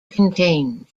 contain